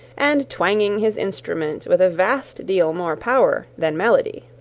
and twanging his instrument with a vast deal more power than melody.